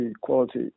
quality